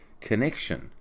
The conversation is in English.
connection